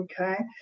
Okay